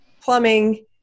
plumbing